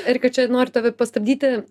erika čia noriu tave pastabdyti